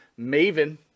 Maven